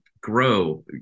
grow